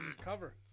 cover